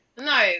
no